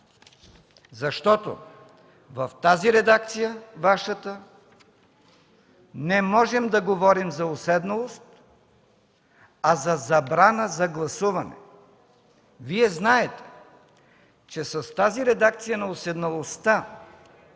Защото в тази редакция – Вашата, не можем да говорим за уседналост, а за забрана за гласуване. Вие знаете, че с тази редакция на уседналостта